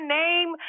name